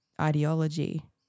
ideology